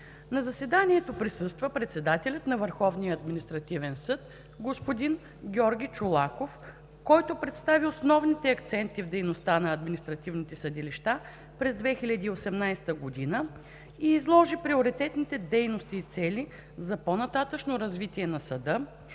На заседанието присъства председателят на Върховния административен съд господин Георги Чолаков, който представи основните акценти в дейността на административните съдилища през 2018 г. и изложи приоритетните дейности и цели за по-нататъшно развитие на съда